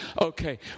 Okay